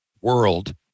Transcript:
world